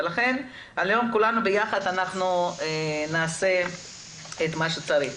ולכן היום כולנו ביחד אנחנו נעשה את מה שצריך.